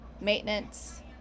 maintenance